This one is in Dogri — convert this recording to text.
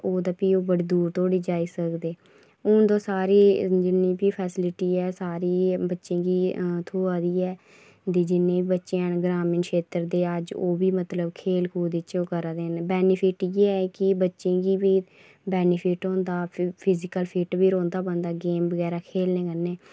ते ओह् ते फ्ही ओह् बड़ी दूर तोड़ी जाई सकदे हून ते सारी जिन्नी बी फैसिलिटी ऐ सारी बच्चें गी थ्होआ दी ऐ ते जिन्ने बी बच्चे हैन ग्रामीण क्षेत्र दे अज्ज ओह् बी मतलब खेल कूद च ओह् करा देन बैनिफिट इ'यै ऐ कि बच्चें गी बी बैनिफिट होंदा फिजिकल फिट बी रौहंदा बंदा गेम बगैरा खेलने कन्नै